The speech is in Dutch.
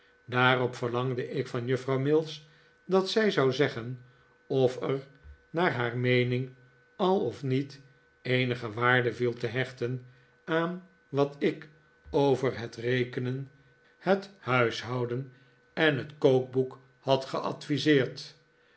daarop verlangde ik van juffrouw mills dat zij zou zeggen of er naar haar meening al of niet eenige waarde viel te hechtc n aan wat ik over het rekenen het huishoudavid copperfield den en het kookboek had geadviseerd